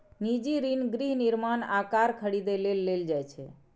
निजी ऋण गृह निर्माण आ कार खरीदै लेल लेल जाइ छै